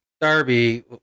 Darby